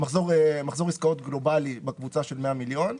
מחזור עסקאות גלובאלי בקבוצה של 100 מיליון.